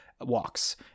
walks